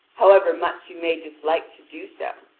however much you may dislike to do so.